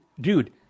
Dude